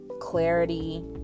clarity